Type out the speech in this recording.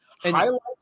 highlights